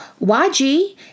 YG